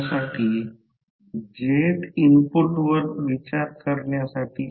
तर V N d ∅ d t जर ह्याचे डेरिवेटीव्ह घेतले तर N∅maxcos t 2π f N ∅maxcos t मिळेल